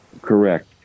Correct